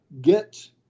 get